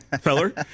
Feller